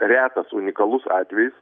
retas unikalus atvejis